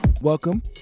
welcome